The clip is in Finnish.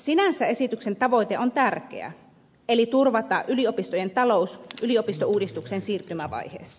sinänsä esityksen tavoite on tärkeä eli turvata yliopistojen talous yliopistouudistuksen siirtymävaiheessa